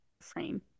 frame